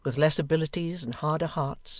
with less abilities and harder hearts,